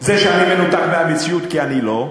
זה שאני מנותק מהמציאות, כי אני לא,